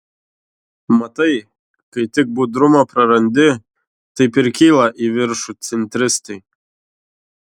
matai kai tik budrumą prarandi taip ir kyla į viršų centristai